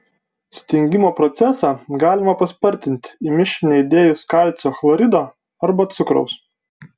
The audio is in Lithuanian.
stingimo procesą galima paspartinti į mišinį įdėjus kalcio chlorido arba cukraus